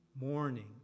morning